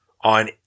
on